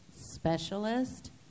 specialist